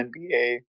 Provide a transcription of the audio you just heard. NBA